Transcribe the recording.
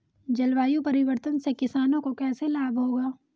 जलवायु परिवर्तन से किसानों को कैसे लाभ होगा?